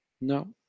No